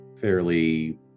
fairly